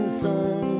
sun